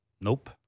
Nope